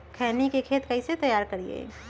खैनी के खेत कइसे तैयार करिए?